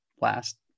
last